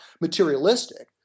materialistic